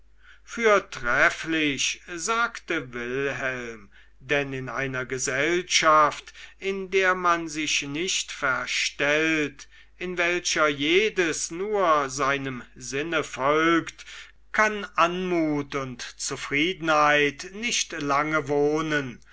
fürtrefflich sagte wilhelm denn in einer gesellschaft in der man sich nicht verstellt in welcher jedes nur seinem sinne folgt kann anmut und zufriedenheit nicht lange wohnen